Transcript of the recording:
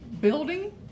building